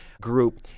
group